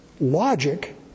logic